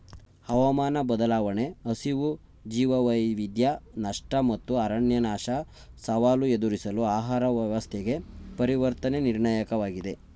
ಹವಾಮಾನ ಬದಲಾವಣೆ ಹಸಿವು ಜೀವವೈವಿಧ್ಯ ನಷ್ಟ ಮತ್ತು ಅರಣ್ಯನಾಶ ಸವಾಲು ಎದುರಿಸಲು ಆಹಾರ ವ್ಯವಸ್ಥೆಗೆ ಪರಿವರ್ತನೆ ನಿರ್ಣಾಯಕವಾಗಿದೆ